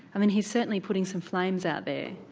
i mean he's certainly putting some flames out there.